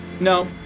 No